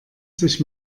sich